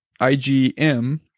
IgM